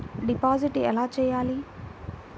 Deposit ఎలా చెయ్యాలి?